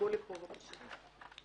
בבקשה,